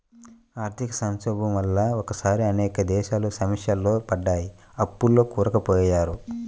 ఆర్థిక సంక్షోభం వల్ల ఒకేసారి అనేక దేశాలు సమస్యల్లో పడ్డాయి, అప్పుల్లో కూరుకుపోయారు